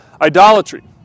Idolatry